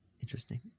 Interesting